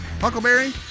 Huckleberry